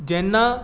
जेन्ना